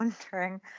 wondering